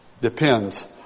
depends